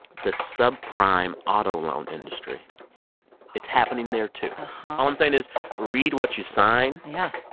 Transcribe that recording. the subprime auto loan industry yeah it's happening there, too. all i'm saying is read what you sign. yeah.